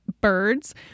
Birds